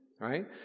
Right